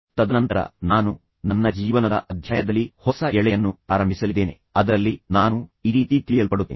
ತದನಂತರ ನಾನು ನನ್ನ ಜೀವನದ ಅಧ್ಯಾಯದಲ್ಲಿ ಹೊಸ ಎಲೆಯನ್ನು ಪ್ರಾರಂಭಿಸಲಿದ್ದೇನೆ ಅದರಲ್ಲಿ ನಾನು ಈ ರೀತಿ ತಿಳಿಯಲ್ಪಡುತ್ತೇನೆ